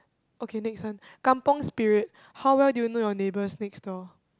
okay next one kampung spirit how well do you know your neighbors next door